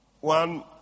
one